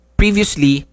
previously